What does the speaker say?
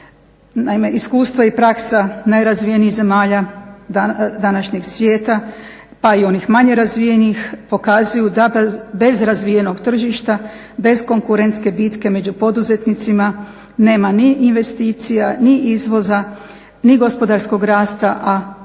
Naime, iskustva i praksa najrazvijenijih zemalja današnjeg svijeta pa i onih manje razvijenih pokazuju da bez razvijenog tržišta, bez konkurentske bitke među poduzetnicima nema ni investicija, ni izvoza, ni gospodarskog rasta, a